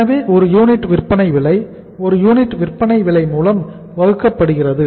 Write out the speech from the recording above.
எனவே ஒரு யூனிட் விற்பனை விலை ஒரு யூனிட் விற்பனை விலை மூலம் வகுக்கப்படுகிறது